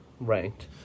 ranked